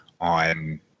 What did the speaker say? on